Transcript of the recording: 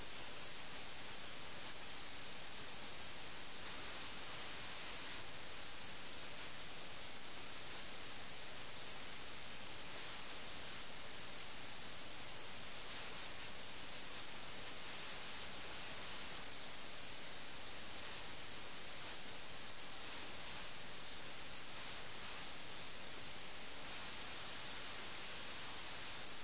അതിനാൽ ദൂതൻ യഥാർത്ഥത്തിൽ പ്രഭുക്കന്മാരുടെ കടമകളെക്കുറിച്ച് ദാസനെ ഓർമ്മിപ്പിക്കുന്നു കൂടാതെ അവൻ ചെയ്യേണ്ടതോ സമൂഹത്തിന് സംഭാവന ചെയ്യുന്നതോ ആയ പ്രവർത്തനങ്ങളുടെ ഒരു കാഴ്ച വായനക്കാർക്ക് ലഭിക്കുന്നു ചരിത്രത്തിലെ ഈ നിമിഷത്തിൽ നവാബ് നേതൃത്വം നൽകുന്ന യുദ്ധത്തിന് സൈന്യത്തെ വാഗ്ദാനം ചെയ്യുന്നതാണ് ആ സംഭാവന ആ യുദ്ധം നവാബ് ചെയ്യുമെന്ന് കരുതപ്പെടുന്നു